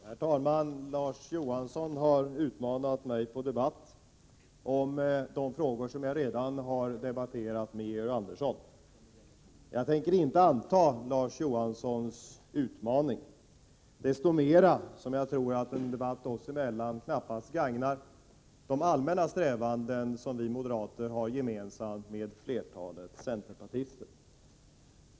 Herr talman! Larz Johansson har utmanat mig till debatt i de frågor som jag redan har debatterat med Georg Andersson. Jag tänker därför inte anta Larz Johanssons utmaning. Dessutom tror jag att en debatt oss emellan knappast gagnar de allmänna strävanden som vi moderater har gemensamma med flertalet centerpartister.